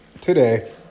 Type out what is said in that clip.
today